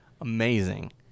amazing